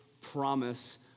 promise